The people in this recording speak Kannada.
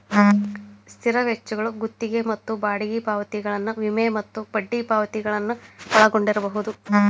ಸ್ಥಿರ ವೆಚ್ಚಗಳು ಗುತ್ತಿಗಿ ಮತ್ತ ಬಾಡಿಗಿ ಪಾವತಿಗಳನ್ನ ವಿಮೆ ಮತ್ತ ಬಡ್ಡಿ ಪಾವತಿಗಳನ್ನ ಒಳಗೊಂಡಿರ್ಬಹುದು